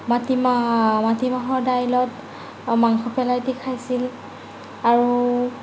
মাটিমাহ মাটিমাহৰ দাইলত মাংস পেলাই দি খাইছিল আৰু